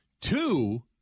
Two